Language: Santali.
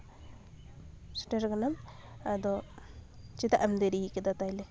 ᱥᱮᱴᱮᱨ ᱠᱟᱱᱟᱢ ᱟᱫᱚ ᱪᱮᱫᱟᱜ ᱮᱢ ᱫᱮᱨᱤᱭ ᱠᱟᱫᱟ ᱛᱟᱭᱞᱮ